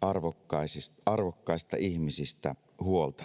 arvokkaista arvokkaista ihmisistä huolta